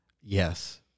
Yes